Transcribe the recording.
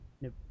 Nope